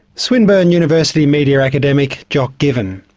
swinburne university media academic, jock given.